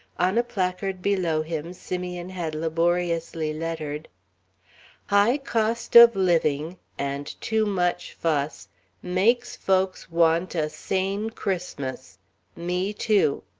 on a placard below him simeon had laboriously lettered high cost of living and too much fuss makes folks want a sane christmas me too.